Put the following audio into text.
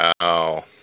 Wow